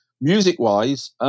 Music-wise